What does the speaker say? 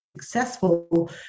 successful